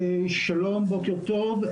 בוקר טוב,